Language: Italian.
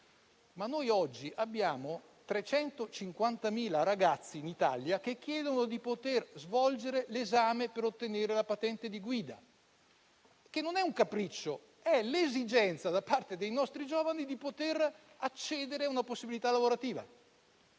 ma oggi abbiamo 350.000 ragazzi in Italia che chiedono di poter svolgere l'esame per ottenere la patente di guida, che non è un capriccio; è l'esigenza da parte dei nostri giovani di poter accedere a una possibilità lavorativa.